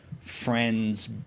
friend's